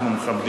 אנחנו מכבדים.